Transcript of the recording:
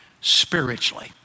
spiritually